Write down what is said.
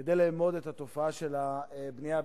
כדי לאמוד את התופעה של הבנייה הבלתי-חוקית.